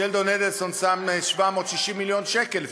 שלדון אדלסון שם 760 מיליון שקל,